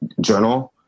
journal